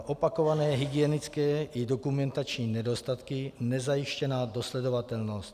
Opakované hygienické i dokumentační nedostatky, nezajištěná dosledovatelnost.